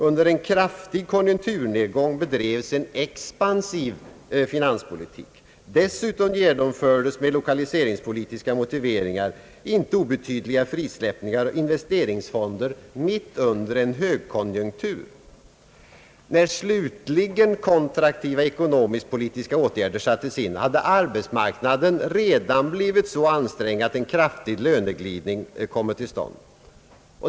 Under en kraftik konjunkturnedgång bedrevs en expansiv finanspolitik. Dessutom genomfördes med lokaliseringspolitiska motiveringar inte obetydliga frisläppningar av investeringsfonder mitt under en högkonjunktur. När slutligen kontraktiva ekonomisk-politiska åtgärder sattes in hade arbetsmarknaden redan blivit så ansträngd, att en kraftig löneglidning kommit till stånd.